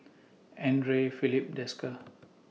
Andre Filipe Desker